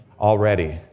already